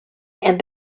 and